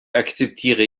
akzeptiere